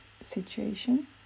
situation